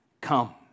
Come